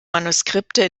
manuskripte